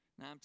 Now